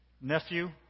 nephew